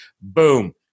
boom